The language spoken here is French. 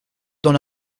dans